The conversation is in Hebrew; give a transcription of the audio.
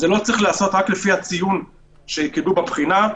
זה לא צריך להיעשות רק לפי הציון שקיבלו בבחינה,